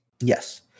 Yes